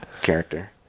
character